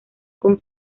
con